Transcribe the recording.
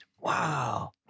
Wow